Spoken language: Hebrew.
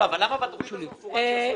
בבקשה.